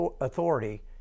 authority